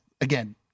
Again